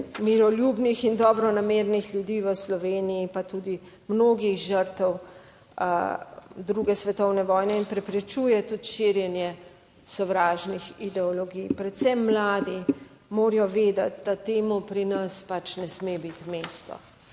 miroljubnih in dobronamernih ljudi v Sloveniji in pa tudi mnogih žrtev II. svetovne vojne in preprečuje tudi širjenje sovražnih ideologij. Predvsem mladi morajo vedeti, da temu pri nas pač ne sme biti mesto.